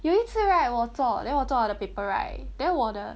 有一次 right 我做 then 我做我的 paper right then 我的